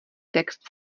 text